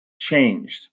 changed